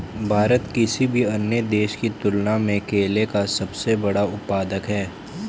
भारत किसी भी अन्य देश की तुलना में केले का सबसे बड़ा उत्पादक है